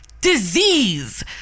disease